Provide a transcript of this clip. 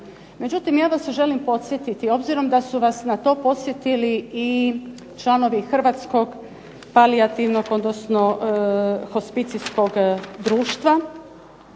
Međutim ja vas želim podsjetiti, obzirom da su vas na to podsjetili i članovi Hrvatskog palijativnog, odnosno hospicijskog društva,